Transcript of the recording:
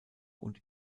und